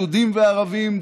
יהודים וערבים,